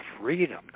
freedom